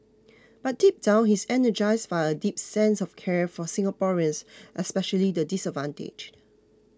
but deep down he is energised by a deep sense of care for Singaporeans especially the disadvantaged